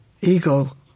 ego